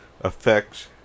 Affects